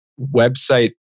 website